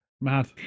mad